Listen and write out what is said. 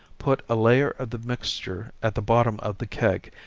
put a layer of the mixture at the bottom of the keg,